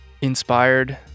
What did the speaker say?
inspired